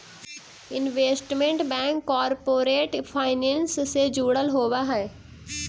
investment bank corporate finance से जुड़ल होवऽ हइ